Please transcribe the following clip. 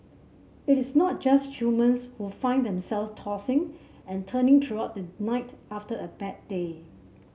it is not just humans who find themselves tossing and turning throughout the night after a bad day